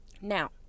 Now